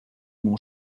mon